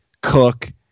cook